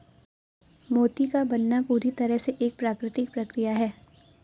मोती का बनना पूरी तरह से एक प्राकृतिक प्रकिया है